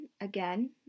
again